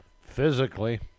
Physically